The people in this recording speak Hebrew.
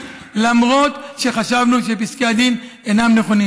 למרות שחשבנו שפסקי הדין אינם נכונים.